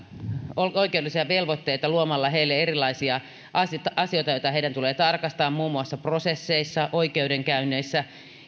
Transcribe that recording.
oikeudellisia velvoitteita luomalla heille erilaisia asioita asioita joita heidän tulee tarkastaa muun muassa prosesseissa oikeudenkäynneissä